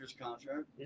contract